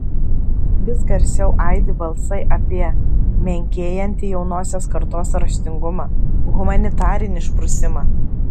vis garsiau aidi balsai apie menkėjantį jaunosios kartos raštingumą humanitarinį išprusimą